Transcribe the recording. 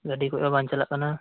ᱜᱟᱹᱰᱤ ᱠᱩᱡ ᱦᱚᱸ ᱵᱟᱝ ᱪᱟᱞᱟᱜ ᱠᱟᱱᱟ